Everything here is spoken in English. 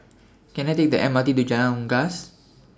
Can I Take The M R T to Jalan Unggas